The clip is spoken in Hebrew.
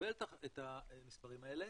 מקבל את המספרים האלה,